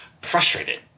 frustrated